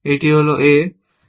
এটি হল A